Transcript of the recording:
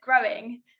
growing